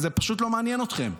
זה פשוט לא מעניין אתכם,